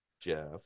Jeff